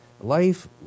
Life